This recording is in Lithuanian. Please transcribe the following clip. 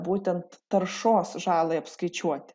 būtent taršos žalai apskaičiuoti